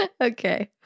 Okay